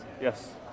Yes